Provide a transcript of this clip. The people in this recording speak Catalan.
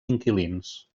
inquilins